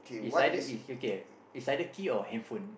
is either it's okay is either key or handphone